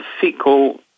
fecal